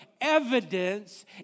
evidence